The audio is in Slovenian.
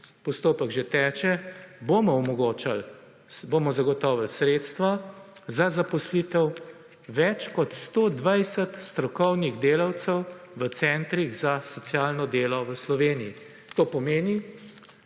postopek že teče, bomo omogočali, bomo zagotovili sredstva za zaposlitev več kot 120 strokovnih delavcev v centrih za socialno delo v Sloveniji. To pomeni,